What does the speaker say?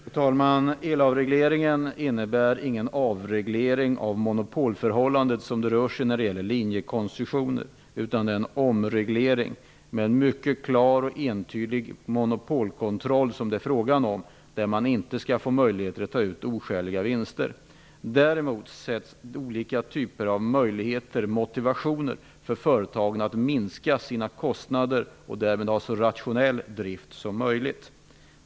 Fru talman! Elavregleringen innebär ingen avreglering av monopolförhållandet i fråga om linjekoncessioner, utan det är fråga om en omreglering med mycket klar och entydig monopolkontroll där det inte skall bli möjligt att ta ut oskäliga vinster. Däremot blir det möjligt att motivera företagen att minska sina kostnader med hjälp av en så rationell drift som möjligt.